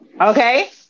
Okay